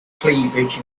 cleavage